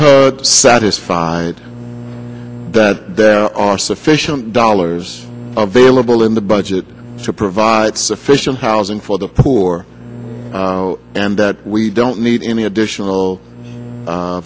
get satisfied that there are sufficient dollars available in the budget to provide sufficient housing for the poor and that we don't need any additional